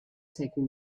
taking